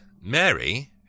Mary